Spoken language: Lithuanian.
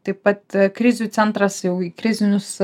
taip pat krizių centras jau į krizinius